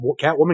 Catwoman